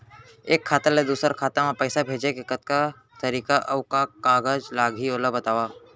एक खाता ले दूसर खाता मा पइसा भेजे के कतका तरीका अऊ का का कागज लागही ओला बतावव?